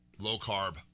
low-carb